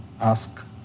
ask